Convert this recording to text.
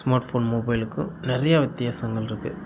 smartphone மொபைலுக்கும் நிறைய வித்தியாசங்கள் இருக்குது